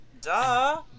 Duh